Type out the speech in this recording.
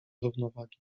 równowagi